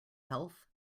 health